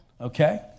okay